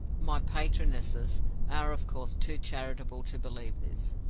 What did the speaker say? my patronesses are, of course, too charitable to believe this.